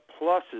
pluses